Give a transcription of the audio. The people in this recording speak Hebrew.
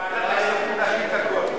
בוועדת הכספים נשיב לכול.